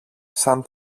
σαν